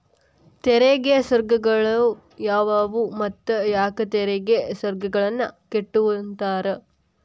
ತೆರಿಗೆ ಸ್ವರ್ಗಗಳು ಯಾವುವು ಮತ್ತ ಯಾಕ್ ತೆರಿಗೆ ಸ್ವರ್ಗಗಳನ್ನ ಕೆಟ್ಟುವಂತಾರ